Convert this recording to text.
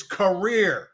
career